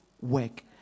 work